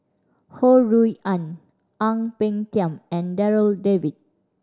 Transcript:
Ho Rui An Ang Peng Tiam and Darryl David